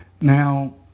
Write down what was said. Now